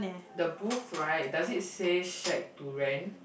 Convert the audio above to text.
the booth right does it say shack to rent